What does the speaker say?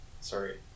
Sorry